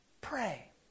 pray